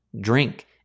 drink